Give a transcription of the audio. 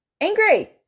angry